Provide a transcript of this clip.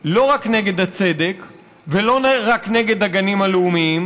לא רק נגד הצדק ולא רק נגד הגנים הלאומיים